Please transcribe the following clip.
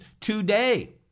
today